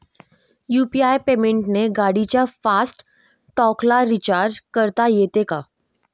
UPI पेमेंटने गाडीच्या fast टॅगला रिर्चाज करता येते का?